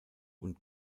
und